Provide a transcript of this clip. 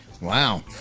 Wow